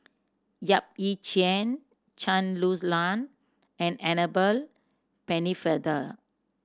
Yap Ee Chian Chen Lan and Annabel Pennefather